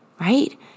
right